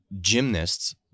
gymnasts